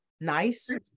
nice